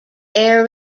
air